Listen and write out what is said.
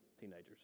teenagers